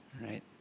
right